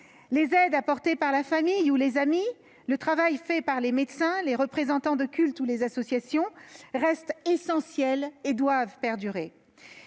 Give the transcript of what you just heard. Les aides apportées par la famille ou les amis, le travail accompli par les médecins, les représentants de culte ou les associations restent essentiels et doivent perdurer.